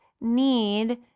need